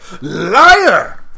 liar